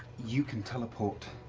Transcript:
you can teleport,